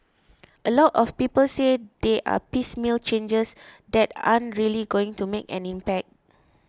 a lot of people say they are piecemeal changes that aren't really going to make an impact